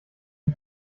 die